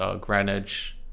Greenwich